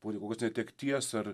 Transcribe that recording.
po tai kokios netekties ar